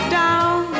down